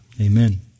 Amen